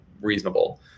reasonable